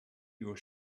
your